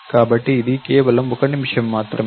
కాబట్టి ఇది కేవలం 1 నిమిషం మాత్రమే